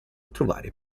trovare